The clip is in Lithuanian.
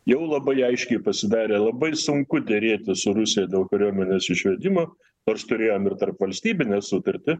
jau labai aiškiai pasidarė labai sunku derėtis su rusija dėl kariuomenės išvedimo nors turėjom ir tarpvalstybinę sutartį